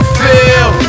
feel